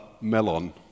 melon